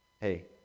hey